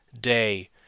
day